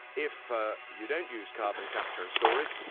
if ah you don't use carbon capture and storage,